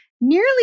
nearly